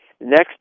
next